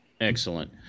excellent